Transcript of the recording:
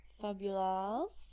Fabulous